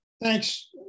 Thanks